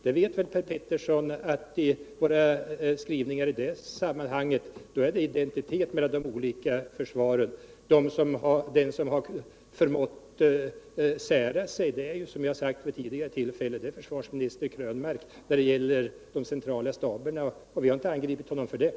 Per Petersson vet ju väl att våra skrivningar i det sammanhanget är identiska. Den som har gått på en annan linje är, som jag har sagt vid tidigare t Il fällen, försvarsminister Krönmark när det gäller de centrala staberna, och vi har inte angripit honom för det.